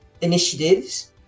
initiatives